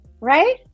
right